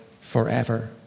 forever